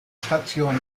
station